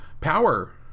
power